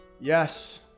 Yes